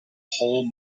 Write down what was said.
whole